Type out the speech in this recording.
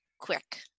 quick